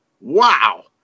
wow